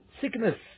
sickness